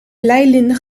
leilinden